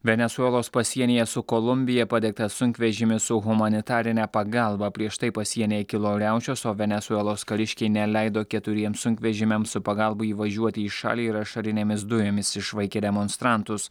venesuelos pasienyje su kolumbija padegtas sunkvežimis su humanitarine pagalba prieš tai pasienyje kilo riaušės o venesuelos kariškiai neleido keturiems sunkvežimiams su pagalba įvažiuoti į šalį ir ašarinėmis dujomis išvaikė demonstrantus